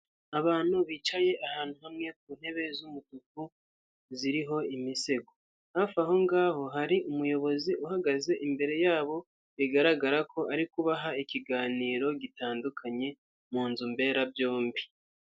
Abantu bicaye ahantu hamwe ku ntebe z'umutuku ziriho imisego. Hafi aho ngaho hari umuyobozi uhagaze imbere yabo, bigaragara ko arikubaha ikiganiro gitandukanye mu nzu mberabyombi.